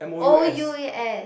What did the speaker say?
O U